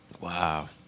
Wow